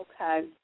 Okay